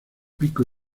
pico